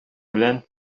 белән